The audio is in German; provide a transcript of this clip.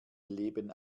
leben